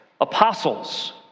apostles